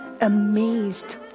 amazed